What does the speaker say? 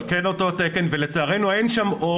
אבל כן אותו התקן ולצערנו אין שם או,